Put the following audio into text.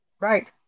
Right